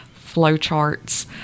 flowcharts